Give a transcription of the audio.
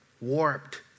warped